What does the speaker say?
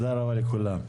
הישיבה נעולה.